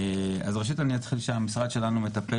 אז ראשית אני אומר שהמשרד שלנו מטפל